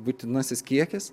būtinasis kiekis